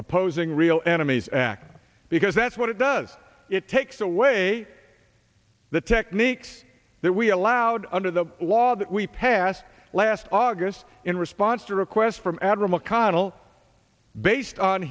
opposing real enemies act because that's what it does it takes away the techniques that we allowed under the law that we passed last august in response to requests from